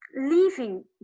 leaving